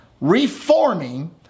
reforming